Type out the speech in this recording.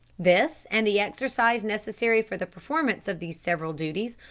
this, and the exercise necessary for the performance of these several duties,